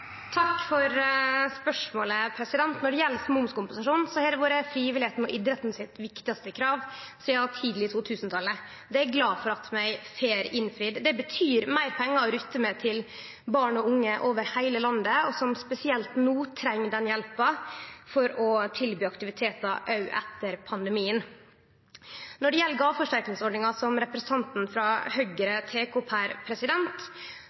Takk for spørsmålet. Når det gjeld momskompensasjonen, har det vore det viktigaste kravet til frivilligheita og idretten sidan tidleg på 2000-talet. Det er eg glad for at vi får innfridd. Det betyr meir pengar å rutte med til barn og unge over heile landet, som spesielt no treng den hjelpa for å tilby aktivitetar òg etter pandemien. Når det gjeld gåveforsterkingsordninga, som representanten frå